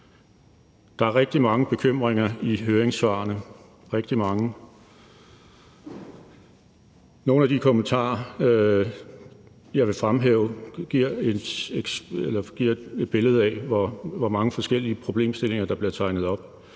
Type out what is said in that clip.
Der er rigtig mange bekymringer i høringssvarene – rigtig mange. Nogle af de kommentarer, jeg vil fremhæve, giver et billede af, hvor mange forskellige problemstillinger der bliver tegnet op.